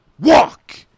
walk